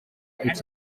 its